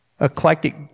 eclectic